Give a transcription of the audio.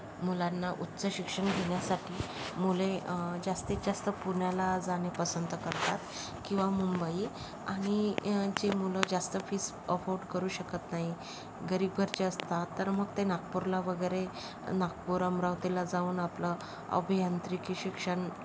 मुलांना उच्च शिक्षण घेण्यासाठी मुले जास्तीत जास्त पुण्याला जाणे पसंत करतात किंवा मुंबई आणि जे मुलं जास्त फीस अफोर्ड करू शकत नाही गरीब घरचे असतात तर मग ते नागपूरला वगैरे नागपूर अमरावतीला जाऊन आपलं अभियांत्रिकी शिक्षण